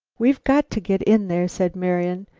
we've got to get in there, said marian,